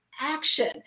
action